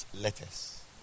letters